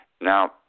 Now